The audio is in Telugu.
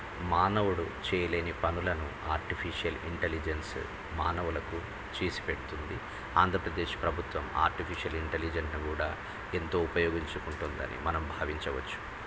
మానవుడు చేయలేని పనులను ఆర్టిఫిషియల్ ఇంటెలిజెన్స్ మానవులకు చేసి పెడుతుంది ఆంధ్రప్రదేశ్ ప్రభుత్వం ఆర్టిఫిషియల్ ఇంటెలిజెన్స్ని కూడా ఎంతో ఉపయోగించుకుంటుందని మనం భావించవచ్చు